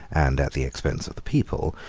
and at the expense of the people,